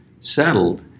settled